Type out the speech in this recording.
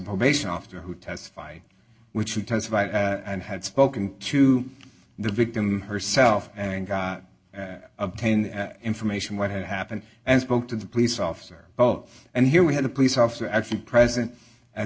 probation officer who testified which she testified and had spoken to the victim herself and got obtained information what had happened and spoke to the police officer oh and here we had a police officer actually present at